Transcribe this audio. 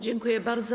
Dziękuję bardzo.